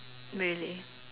really